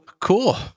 Cool